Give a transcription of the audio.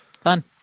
Fun